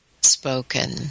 spoken